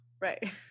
right